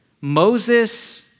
Moses